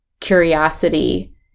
curiosity